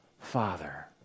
father